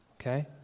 Okay